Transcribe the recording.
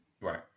Right